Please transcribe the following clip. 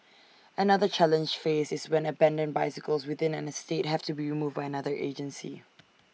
another challenge faced is when abandoned bicycles within an estate have to be removed by another agency